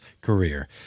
career